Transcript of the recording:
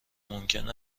ممکن